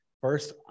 first